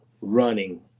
running